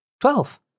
Twelve